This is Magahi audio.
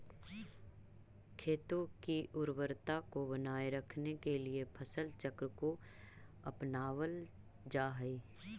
खेतों की उर्वरता को बनाए रखने के लिए फसल चक्र को अपनावल जा हई